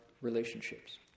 relationships